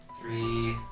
Three